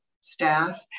staff